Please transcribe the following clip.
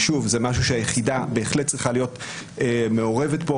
שוב זה משהו שהיחידה בהחלט צריכה להיות מעורבת בו.